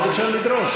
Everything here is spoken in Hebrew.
מה עוד אפשר לדרוש?